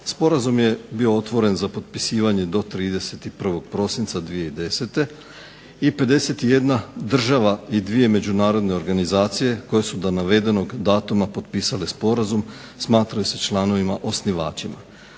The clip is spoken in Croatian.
Sporazum je bio otvoren za potpisivanje do 31. prosinca 2010. i 51 država i 2 međunarodne organizacije koje su do navedenog datuma potpisale sporazum smatrale se članovima osnivačima.